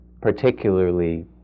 particularly